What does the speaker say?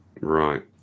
Right